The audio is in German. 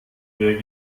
mehr